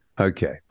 Okay